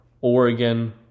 Oregon